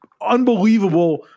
unbelievable